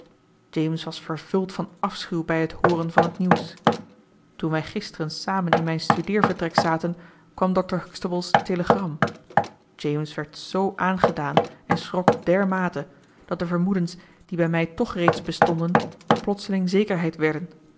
james was vervuld van afschuw bij het hooren van het nieuws toen wij gisteren samen in mijn studeervertrek zaten kwam dr huxtable's telegram james werd zoo aangedaan en schrok dermate dat de vermoedens die bij mij toch reeds bestonden plotseling zekerheid werden